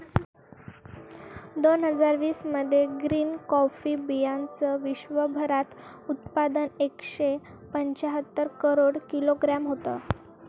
दोन हजार वीस मध्ये ग्रीन कॉफी बीयांचं विश्वभरात उत्पादन एकशे पंच्याहत्तर करोड किलोग्रॅम होतं